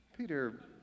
Peter